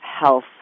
Health